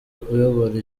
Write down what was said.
uyobora